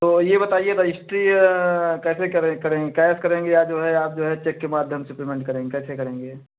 तो ये बताइए रजिस्ट्री कैसे करेंगे कैश करेंगे या जो है आप जो हाँ चेक के माध्यम से पेमेन्ट करेंगे कैसे करेंगे